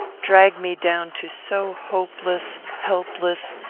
drag me down to so hopeless, helpless,